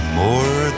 more